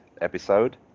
episode